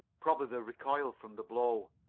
probably the recoil from the blow.